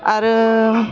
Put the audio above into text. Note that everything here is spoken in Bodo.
आरो